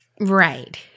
Right